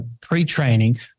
pre-training